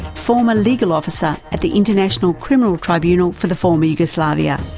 former legal officer at the international criminal tribunal for the former yugoslavia,